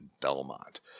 Belmont